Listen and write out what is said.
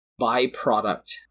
byproduct